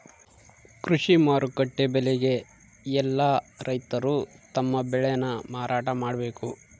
ಕೃಷಿ ಮಾರುಕಟ್ಟೆ ಬೆಲೆಗೆ ಯೆಲ್ಲ ರೈತರು ತಮ್ಮ ಬೆಳೆ ನ ಮಾರಾಟ ಮಾಡ್ಬೇಕು